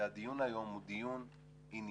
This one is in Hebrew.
שהדיון היום הוא דיון ענייני,